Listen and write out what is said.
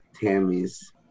Tammy's